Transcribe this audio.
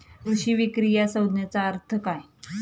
कृषी विक्री या संज्ञेचा अर्थ काय?